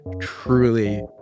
truly